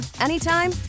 anytime